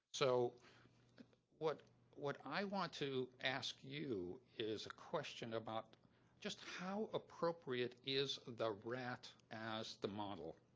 so what what i want to ask you is a question about just how appropriate is the rat as the model?